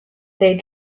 they